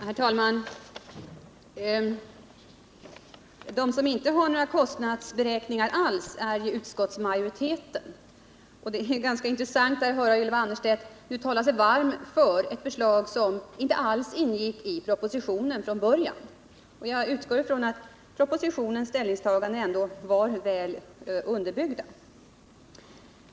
Herr talman! Den som inte har några kostnadsberäkningar alls är ju utskottsmajoriteten. Det är ganska intressant att höra Ylva Annerstedt tala sig varm för ett förslag som inte alls ingick i propositionen från början. Jag utgår från att propositionens ställningstaganden ändå var väl underbyggda.